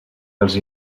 els